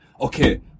Okay